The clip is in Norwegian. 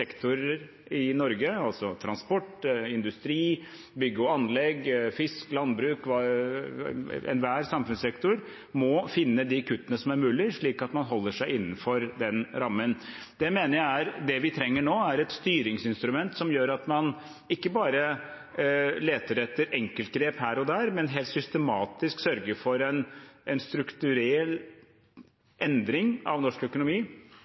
i Norge, transport, industri, bygg og anlegg, fisk, landbruk – enhver samfunnssektor – må finne de kuttene som er mulig, slik at man holder seg innenfor den rammen. Det vi trenger nå, er et styringsinstrument som gjør at man ikke bare leter etter enkeltgrep her og der, men helt systematisk sørger for en strukturell endring av norsk økonomi,